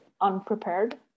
unprepared